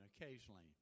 occasionally